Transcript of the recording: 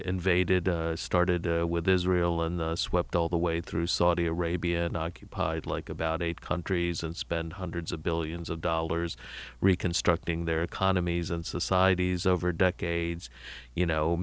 invaded started with israel and swept all the way through saudi arabia and occupied like about eight countries and spend hundreds of billions of dollars reconstructing their economies and societies over decades you know